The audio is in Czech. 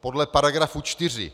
Podle § 4